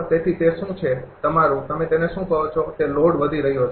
તેથી તે શું છે તમારું તમે તેને શું કહો છો તે લોડ વધી રહ્યો છે